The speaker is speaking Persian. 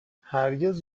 هرگز